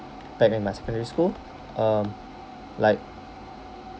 back in my secondary school um like